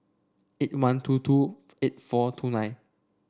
eight one two two eight four two nine